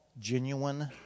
genuine